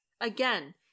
Again